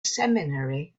seminary